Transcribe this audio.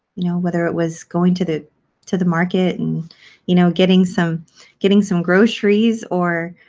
you know, whether it was going to the to the market and you know getting some getting some groceries or